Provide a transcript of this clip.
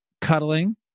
cuddling